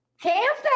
camp